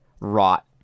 rot